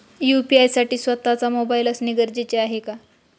UPI साठी स्वत:चा mobile असणे गरजेचे आहे का?